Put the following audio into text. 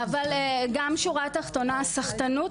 אבל גם שורה תחתונה, סחטנות.